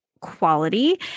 quality